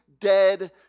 dead